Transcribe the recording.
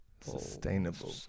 Sustainable